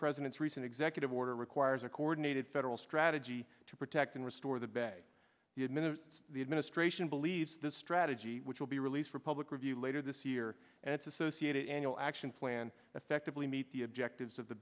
president's recent executive order requires a coordinated federal strategy to protect and restore the bay the admin and the administration believes this strategy which will be released for public review later this year and its associated annual action plan effectively meet the objectives of the